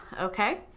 okay